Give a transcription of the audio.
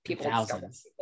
thousands